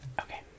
Okay